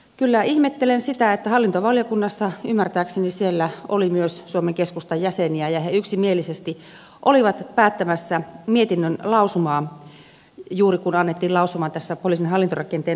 kyllä ihmettelen sitä että hallintovaliokunnassa ymmärtääkseni oli myös suomen keskustan jäseniä ja he yksimielisesti olivat juuri päättämässä mietinnön lausumasta kun annettiin lausuma poliisin hallintorakenteen uudistamisesta